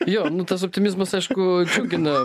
jo nu tas optimizmas aišku džiugina